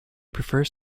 prefers